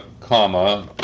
comma